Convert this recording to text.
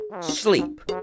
sleep